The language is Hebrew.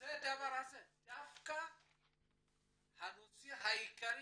וזה הדבר הזה, דווקא הנושא העיקרי